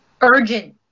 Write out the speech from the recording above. urgent